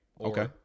Okay